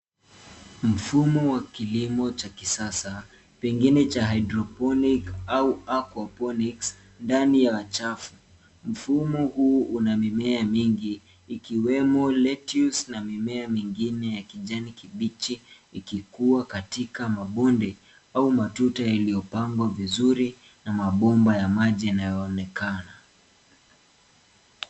Mfumo wa kilimo cha kisasa, pengine cha hydroponic au aquaponics ndani ya chafu. Mfumo huu una mimea mingi ikiwemo lettuce na mimea mingine ya kijani kibichi ikikua katika mabonde au matuta yaliyopangwa vizuri na mabomba ya maji yanayoonekana.